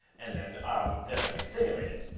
and then then i can simulate it,